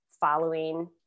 following